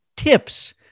Tips